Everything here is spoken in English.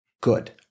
good